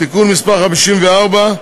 (תיקון מס' 54),